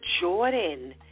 Jordan